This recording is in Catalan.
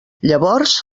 llavors